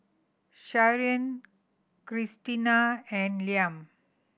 Sharyn Krystina and Liam